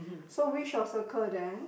so we shall circle then